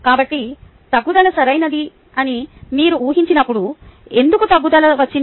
కాబట్టి తగ్గుదల సరైనదని మీరు ఊహించనప్పుడు ఎందుకు తగ్గుదల వచ్చింది